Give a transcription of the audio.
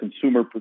consumer